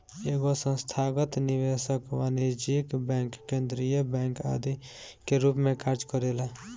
एगो संस्थागत निवेशक वाणिज्यिक बैंक केंद्रीय बैंक आदि के रूप में कार्य करेला